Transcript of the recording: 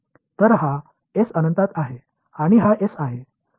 तर हा एस अनंतता आहे आणि हा एस आहे